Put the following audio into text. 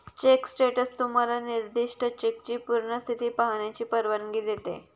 check status तुम्हाला निर्दिष्ट चेकची पूर्ण स्थिती पाहण्याची परवानगी देते